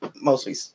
mostly